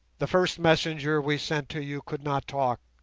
the first messenger we sent to you could not talk